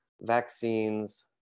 vaccines